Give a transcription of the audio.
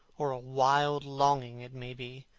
or a wild longing, it may be,